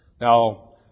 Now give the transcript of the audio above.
Now